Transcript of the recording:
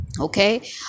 okay